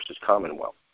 Commonwealth